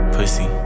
Pussy